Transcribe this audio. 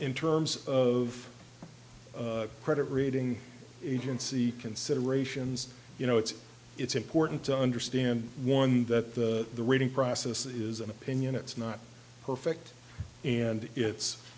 in terms of credit rating agency considerations you know it's it's important to understand one that the rating process is an opinion it's not perfect and it's